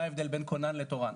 של מה ההבדל בין כונן לתורן.